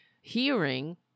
hearing